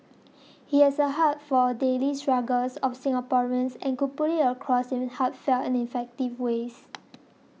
he has a heart for the daily struggles of Singaporeans and could put it across in heartfelt and effective ways